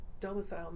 domicile